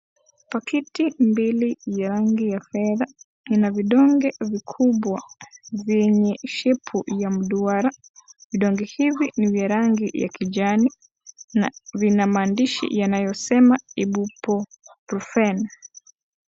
Pakiti mbili ya rangi ya fedha, ina vidonge vikubwa vyenye shepu ya mduara. Vidonge hivi ni virangi ya kijani, na vina maandishi yanayosema Ibuprofen.